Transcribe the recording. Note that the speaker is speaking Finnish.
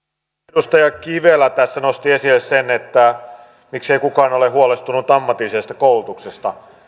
edustaja kivelä tässä nosti esille sen että miksei kukaan ole huolestunut ammatillisesta koulutuksesta